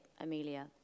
Amelia